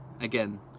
Again